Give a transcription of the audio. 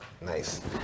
Nice